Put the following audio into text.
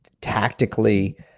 tactically